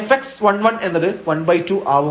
fx11 എന്നത് 12 ആവും